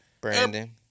Brandon